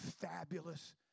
fabulous